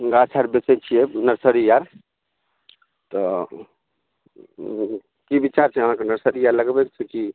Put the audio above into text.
गाछ आर बेचैत छियै नर्सरी आर तऽ की बिचार छै अहाँके नर्सरी आर लगबैके छै कि